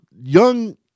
young